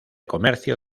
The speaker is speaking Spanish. comercio